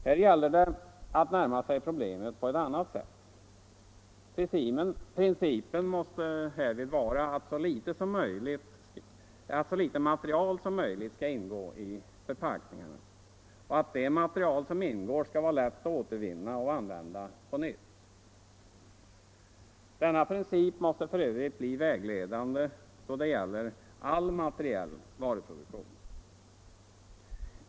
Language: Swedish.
Här gäller det att närma sig problemet på ett annat sätt. Principen måste härvid vara att så litet material som möjligt skall ingå i förpackningarna och att det material som ingår skall vara lätt att återvinna och använda på nytt. Denna princip måste för övrigt bli vägledande då det gäller all materiell varuproduktion.